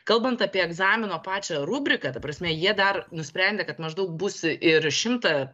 kalbant apie egzamino pačią rubriką ta prasme jie dar nusprendė kad maždaug bus ir šimtą